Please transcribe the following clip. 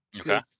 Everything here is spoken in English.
Okay